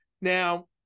now